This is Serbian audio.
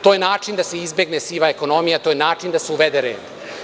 To je način da se izbegne siva ekonomija, to je način da se uvede red.